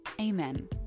Amen